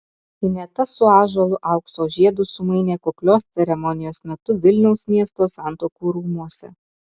ineta su ąžuolu aukso žiedus sumainė kuklios ceremonijos metu vilniaus miesto santuokų rūmuose